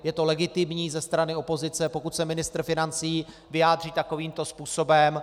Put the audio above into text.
Je to legitimní ze strany opozice, pokud se ministr financí vyjádří takovýmto způsobem.